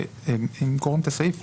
שאם קוראים את הסעיף,